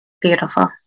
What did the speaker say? Beautiful